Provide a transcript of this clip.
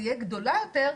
תהיה גדולה יותר,